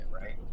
right